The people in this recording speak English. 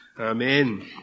amen